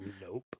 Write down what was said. Nope